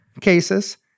cases